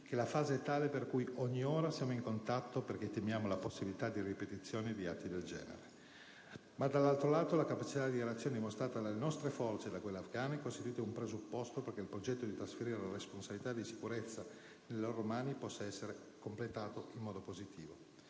che la fase è tale per cui ogni ora siamo in contatto, perché temiamo la possibilità di ripetizioni di atti del genere. Ma, dall'altro lato, la capacità di reazione mostrata dalle nostre forze e da quelle afgane costituisce un valido presupposto perché il progetto di trasferire la responsabilità di sicurezza nelle loro mani possa essere completato positivamente.